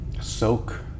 soak